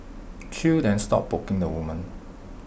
chew then stopped poking the woman